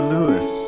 Lewis